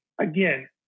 again